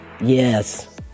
Yes